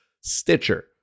Stitcher